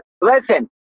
Listen